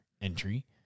entry